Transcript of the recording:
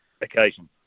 occasion